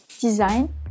design